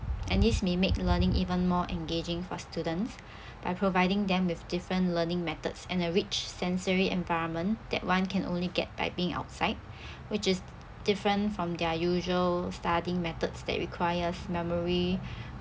and this may make learning even more engaging for students by providing them with different learning methods and a rich sensory environment that one can only get by being outside which is different from their usual studying methods that requires memory